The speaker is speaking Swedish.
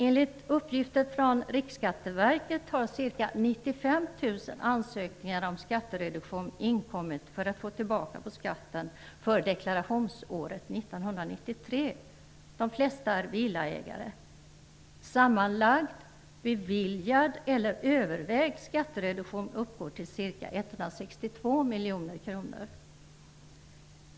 Enligt uppgifter från Riksskatteverket har för deklarationsåret 1993 ca 95 000 ansökningar om skattereduktion inkommit, de flesta från villaägare. Sammanlagd beviljad eller övervägd skattereduktion uppgår till ca 162 miljoner kronor.